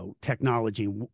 technology